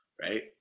right